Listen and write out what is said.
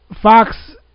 Fox